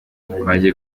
twagiye